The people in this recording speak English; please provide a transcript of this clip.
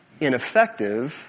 ineffective